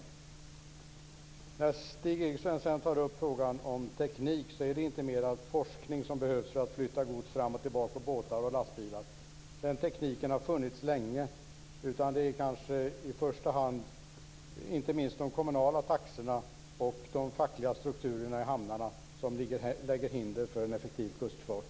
Sedan tar Stig Eriksson upp frågan om teknik. Det är inte mer forskning som behövs för att flytta gods fram och tillbaka på båtar och lastbilar. Den tekniken har funnits länge. Det är kanske inte minst de kommunala taxorna och de fackliga strukturerna i hamnarna som lägger hinder för en effektiv kustfart.